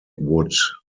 would